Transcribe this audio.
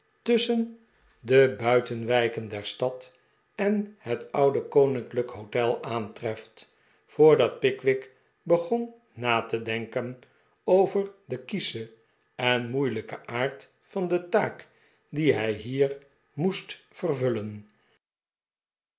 der stad en het oude koninklijke hotel aantreft voordat pickwick begon na te denken over den kieschen en moeilijken aard van de taak die hij bier moest vervullen